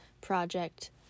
project